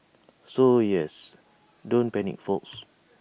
so yes don't panic folks